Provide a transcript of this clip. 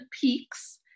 peaks